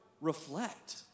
reflect